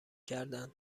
کردند